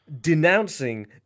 denouncing